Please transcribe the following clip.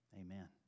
Amen